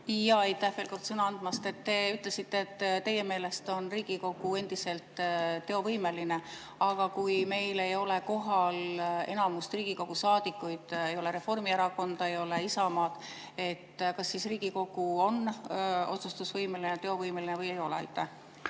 Aitäh veel kord sõna andmast! Te ütlesite, et teie meelest on Riigikogu endiselt teovõimeline. Aga kui meil ei ole kohal enamust Riigikogu saadikuid, ei ole Reformierakonda, ei ole Isamaad, kas siis Riigikogu on otsustusvõimeline, teovõimeline või ei ole?